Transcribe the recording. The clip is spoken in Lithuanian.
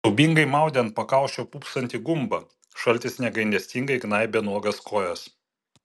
siaubingai maudė ant pakaušio pūpsantį gumbą šaltis negailestingai gnaibė nuogas kojas